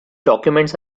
documents